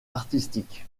artistique